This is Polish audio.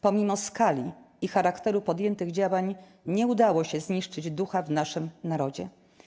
Pomimo skali i charakteru podjętych działań nie udało się zniszczyć ducha w naszym Narodzie.